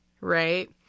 right